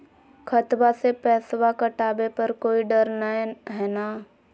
खतबा से पैसबा कटाबे पर कोइ डर नय हय ना?